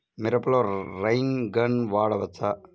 మిరపలో rain gun వాడవచ్చా?